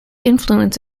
influence